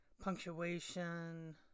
punctuation